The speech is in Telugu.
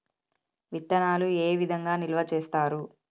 విత్తనాలు ఏ విధంగా నిల్వ చేస్తారు?